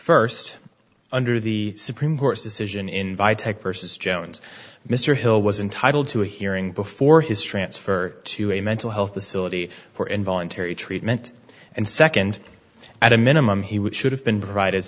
first under the supreme court's decision invite take versus jones mr hill was entitled to a hearing before his transfer to a mental health facility for involuntary treatment and second at a minimum he would should have been provide